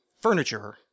furniture